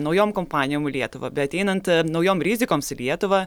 naujom kompanijom į lietuva beateinant naujom rizikoms į lietuvą